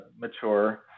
mature